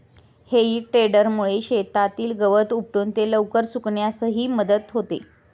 हेई टेडरमुळे शेतातील गवत उपटून ते लवकर सुकण्यासही मदत होते